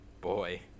boy